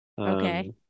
Okay